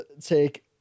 take